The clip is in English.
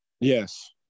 Yes